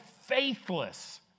faithless